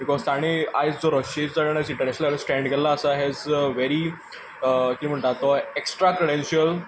because ताणीं आयज जो रशियेचो इंटरनेशनल स्टेंड केल्लो आसा एज अ व्हेरी कितें म्हणटा तो एक्स्ट्रा क्रेडेंशियल